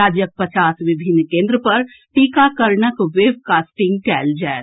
राज्यक पचास विभिन्न केन्द्र पर टीकाकरणक वेबकास्टिंग कएल जाएत